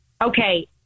Okay